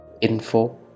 info